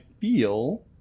feel